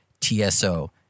TSO